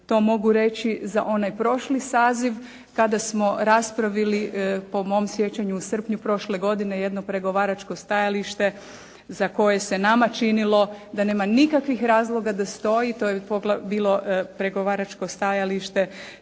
To mogu reći za onaj prošli saziv. Tada smo raspravili po mom sjećanju u srpnju prošle godine jedno pregovaračko stajalište za koje se nama činilo da nema nikakvih razloga da stoji, to je bilo pregovaračko stajalište